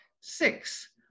Six